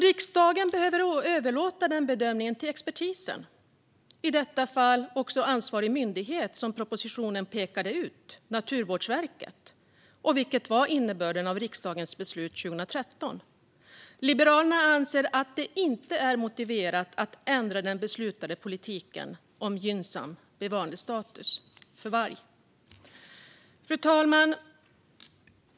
Riksdagen behöver överlåta den bedömningen till expertisen, i detta fall den ansvariga myndighet som propositionen pekar ut, Naturvårdsverket. Detta var också innebörden av riksdagens beslut 2013. Liberalerna anser att det inte är motiverat att ändra den beslutade politiken om gynnsam bevarandestatus för varg. Fru talman!